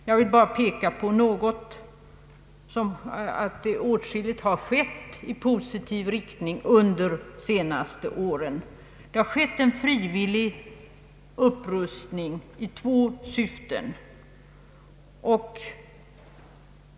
Jag vill bara peka på att åtskilligt har skett i positiv riktning under de senaste åren. Det har inom tryckfrihetens gränser skett en frivillig upprustning i två syften.